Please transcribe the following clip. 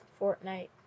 Fortnite